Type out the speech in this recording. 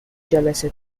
جلسه